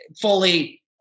fully